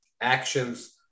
actions